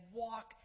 walk